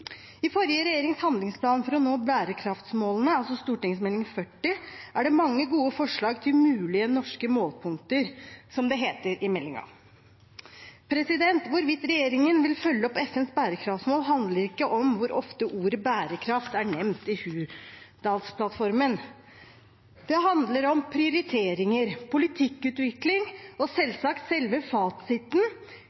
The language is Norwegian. I forrige regjerings handlingsplan for å nå bærekraftsmålene, altså Meld. St. 40 for 2020–2021, er det mange gode forslag til «mulige norske målepunkter», som det heter i meldingen. Hvorvidt regjeringen vil følge opp FNs bærekraftsmål, handler ikke om hvor ofte ordet «bærekraft» er nevnt i Hurdalsplattformen. Det handler om prioriteringer, politikkutvikling og